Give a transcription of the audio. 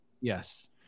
Yes